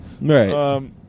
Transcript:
Right